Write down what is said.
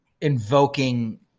invoking